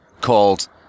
called